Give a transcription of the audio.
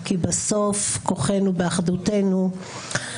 כי בסוף כוחנו באחדותנו.